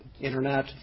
internet